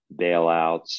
bailouts